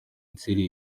nzeri